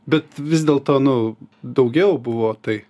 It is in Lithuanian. bet vis dėlto nu daugiau buvo tai